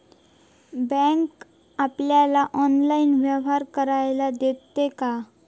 Bank आपल्याला online व्यवहार करायला देता काय?